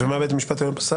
ומה בית המשפט העליון פסק?